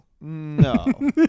No